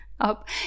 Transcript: up